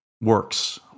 works